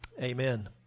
Amen